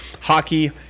Hockey